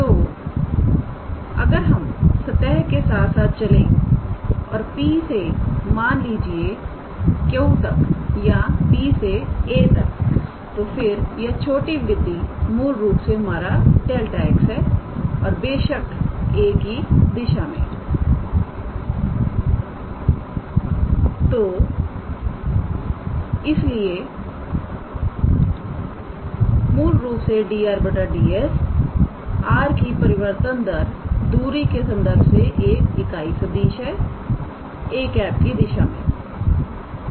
तोअगर हम सतह के साथ साथ चलें और P से मान लीजिए Q तक या P से 𝑎̂ तक तो फिर यह छोटी वृद्धि मूल रूप से हमारा 𝛿𝑥 है और बेशक 𝑎̂ की दिशा में तो इसलिए मूल रूप से 𝑑𝑟𝑑𝑠 𝑟⃗ की परिवर्तन दर दूरी के संदर्भ से एक इकाई सदिश है 𝑎̂ की दिशा में